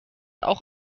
auch